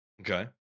Okay